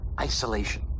isolation